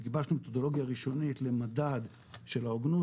גיבשנו מתודולוגיה ראשונית למדד של ההוגנות,